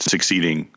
Succeeding